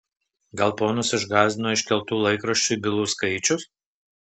gal ponus išgąsdino iškeltų laikraščiui bylų skaičius